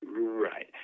Right